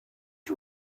you